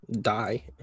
die